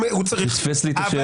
הוא פספס לי את השאלה.